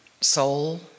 soul